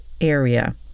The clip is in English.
area